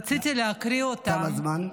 רציתי להקריא אותם, תם הזמן.